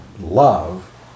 love